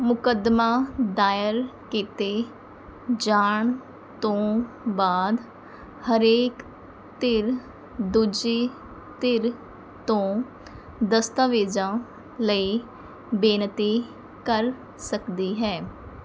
ਮੁਕੱਦਮਾ ਦਾਇਰ ਕੀਤੇ ਜਾਣ ਤੋਂ ਬਾਅਦ ਹਰੇਕ ਧਿਰ ਦੂਜੀ ਧਿਰ ਤੋਂ ਦਸਤਾਵੇਜ਼ਾਂ ਲਈ ਬੇਨਤੀ ਕਰ ਸਕਦੀ ਹੈ